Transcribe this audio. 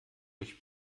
durch